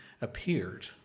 appeared